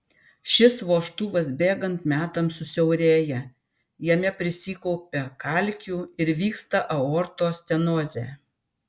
šis vožtuvas bėgant metams susiaurėja jame prisikaupia kalkių ir įvyksta aortos stenozė